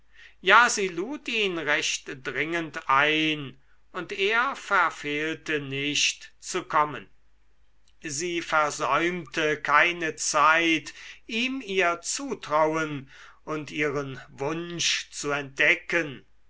ja sie lud ihn recht dringend ein und er verfehlte nicht zu kommen sie versäumte keine zeit ihm ihr zutrauen und ihren wunsch zu entdecken